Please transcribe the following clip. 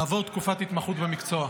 לעבור תקופת התמחות במקצוע.